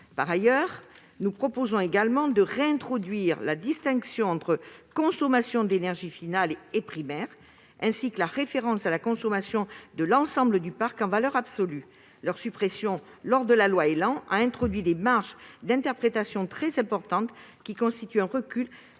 Par ailleurs, nous proposons de réintroduire la distinction entre consommation d'énergie finale et consommation d'énergie primaire, ainsi que la référence à la consommation de l'ensemble du parc en valeur absolue. Leur suppression dans la loi ÉLAN a introduit des marges d'interprétation très importantes, qui constituent un recul